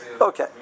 Okay